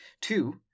two